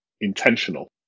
intentional